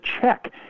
check